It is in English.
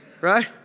right